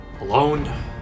alone